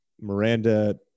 Miranda